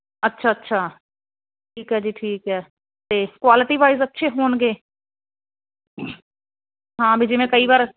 ਅੱਛਾ ਅੱਛਾ ਠੀਕ ਹੈ ਜੀ ਠੀਕ ਹੈ ਤੇ ਕੁਆਲਿਟੀ ਵਾਈਜ਼ ਅੱਛੇ ਹੋਣਗੇ ਹਾਂ ਵੀ ਜਿਵੇਂ ਕਈ ਵਾਰ